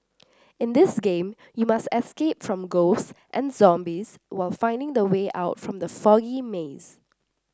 in this game you must escape from ghosts and zombies while finding the way out from the foggy maze